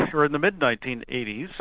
or in the mid nineteen eighty s,